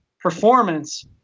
performance